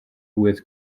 with